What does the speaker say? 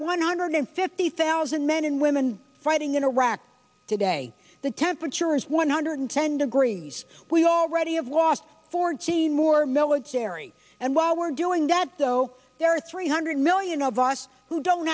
one hundred fifty thousand men and women fighting in iraq today the temperature is one hundred ten degrees we already have lost fourteen more military and while we're doing that though there are three hundred million of us who don't